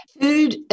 food